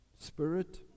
spirit